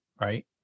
right